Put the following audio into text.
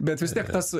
bet vis tiek tas